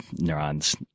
neurons